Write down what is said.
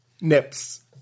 Nips